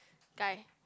guy